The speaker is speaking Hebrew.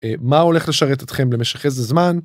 מה הולך לשרת אתכם למשך איזה זמן.